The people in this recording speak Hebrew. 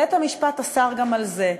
בית-המשפט אסר גם את זה,